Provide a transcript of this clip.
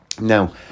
Now